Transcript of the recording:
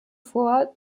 vor